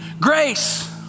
grace